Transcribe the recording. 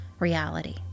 reality